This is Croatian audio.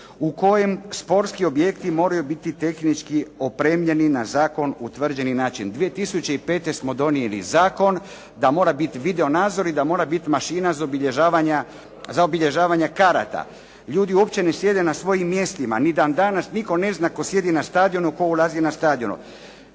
u kojem sportski objekti moraju biti tehnički opremljeni na zakon utvrđeni način. 2005. smo donijeli zakon, da mora biti video nadzor i da mora biti mašina zabilježavanja karata. Ljudi uopće ne sjede na svojim mjestima, ni dan danas, nitko ne zna tko sjedi na stadionu, tko ulazi na stadion.